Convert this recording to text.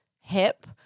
hip